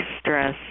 stress